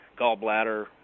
gallbladder